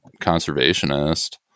conservationist